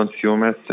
consumers